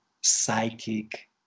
psychic